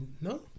No